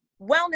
Wellness